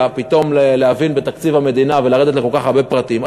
פתאום להבין בתקציב המדינה ולרדת לכל כך הרבה פרטים,